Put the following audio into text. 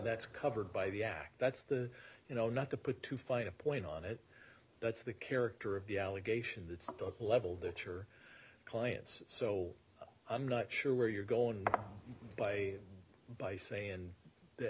that's covered by the act that's the you know not to put too fine a point on it that's the character of the allegation that's the level that your clients so i'm not sure where you're going by by saying th